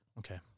Okay